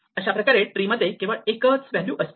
अशाप्रकारे ट्री मध्ये केवळ एकच व्हॅल्यू असते